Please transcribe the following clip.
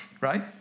Right